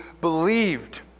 believed